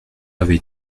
avait